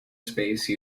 space